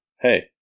Hey